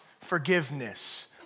forgiveness